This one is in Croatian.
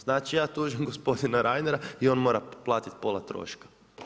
Znači ja tužim gospodina Reinera i on mora platiti pola troška.